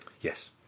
Yes